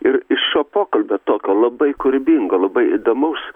ir iš šio pokalbio tokio labai kūrybingo labai įdomaus